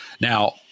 Now